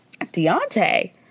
Deontay